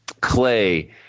Clay